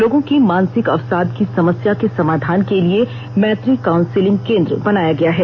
लोगों की मानसिक अवसाद की समस्या के समाधान के लिए मैत्री काउंसिलिंग केंद्र बनाया गया है